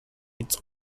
its